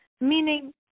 Meaning